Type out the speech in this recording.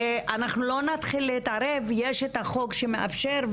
שאנחנו לא נתחיל להתערב, יש את החוק שמאפשר.